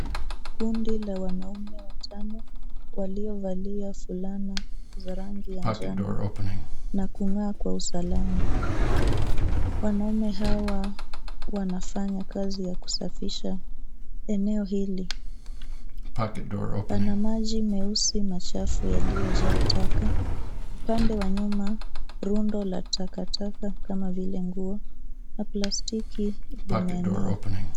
Kundi la wanaume watano waliovalia fulana za rangi ya njano na kung'aa kwa usalama. Wanaume hawa wanafanya kazi ya kusafisha eneo hili. Pana maji meusi machafu yaliyojaa taka. Upande wa nyuma, rundo la takataka kama vile nguo na plastiki limeenea.